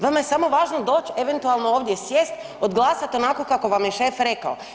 Vama je samo važno doći eventualno ovdje sjest, odglasati onako kako vam je šef rekao.